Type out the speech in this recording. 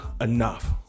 enough